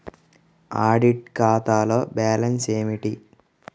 Audit ఖాతాలో balance ఏమిటీ?